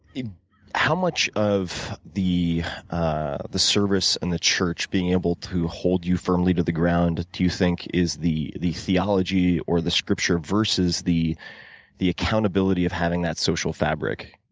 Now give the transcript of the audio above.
how much of the ah the service and the church being able to hold you firmly to the ground do you think is the the theology or the scripture versus the the accountability of having that social fabric?